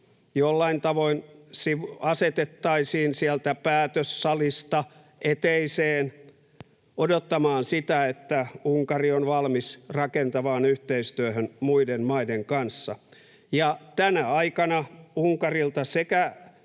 jollain tavoin asetettaisiin sieltä päätössalista eteiseen odottamaan sitä, että Unkari on valmis rakentavaan yhteistyöhön muiden maiden kanssa, ja tänä aikana Unkarilta